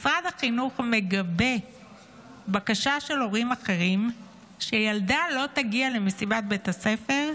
משרד החינוך מגבה בקשה של הורים אחרים שילדה לא תגיע למסיבת בית הספר?